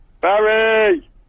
Barry